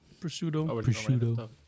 prosciutto